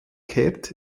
kehrt